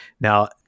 Now